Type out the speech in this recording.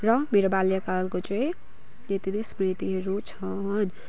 र मेरो बाल्यकालको चाहिँ यति नै स्मृतिहरू छन्